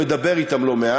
כי אני גם מדבר אתם לא מעט,